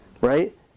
right